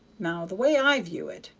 now the way i view it,